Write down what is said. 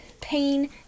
pain